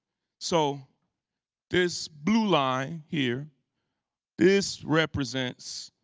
so this blue line here this represents